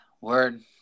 Word